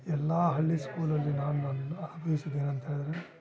ಎಲ್ಲ ಹಳ್ಳಿ ಸ್ಕೂಲಲ್ಲಿ ನಾವು ನನ್ನ ಅನಿಸಿಕೆ ಏನು ಅಂತ ಹೇಳಿದ್ರೆ